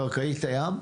לקרקעית הים.